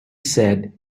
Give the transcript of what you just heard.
said